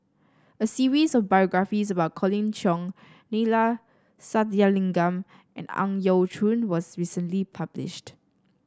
a series of biographies about Colin Cheong Neila Sathyalingam and Ang Yau Choon was recently published